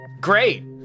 Great